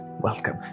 welcome